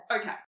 Okay